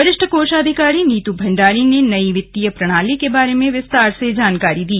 वरिष्ठ कोषाधिकारी नीतू भंडारी ने नई वित्तीय प्रणाली के बारे में विस्तार से जानकारी दी